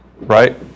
Right